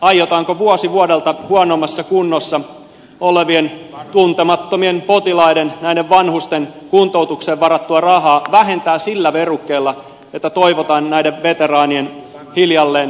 aiotaanko vuosi vuodelta huonommassa kunnossa olevien tuntemattomien potilaiden näiden vanhusten kuntoutukseen varattua rahaa vähentää sillä verukkeella että toivotaan näiden veteraanien hiljalleen kuolevan pois